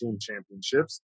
championships